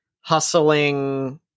hustling